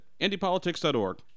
IndyPolitics.org